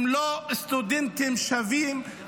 הם לא סטודנטים שווים,